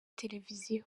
televiziyo